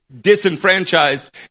disenfranchised